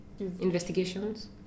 Investigations